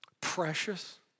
precious